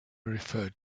referred